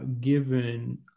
given